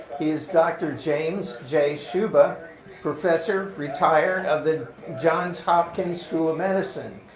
he's dr. james j. sciubba professor retired of the johns hopkins school of medicine,